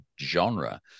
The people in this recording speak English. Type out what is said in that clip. genre